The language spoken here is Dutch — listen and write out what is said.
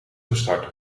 gestart